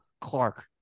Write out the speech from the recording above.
Clark